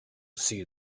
see